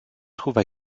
trouve